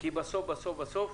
בסופו של דבר אנחנו